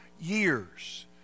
years